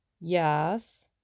Yes